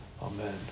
Amen